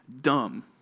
dumb